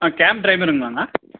a cab டிரைவருங்களாங்க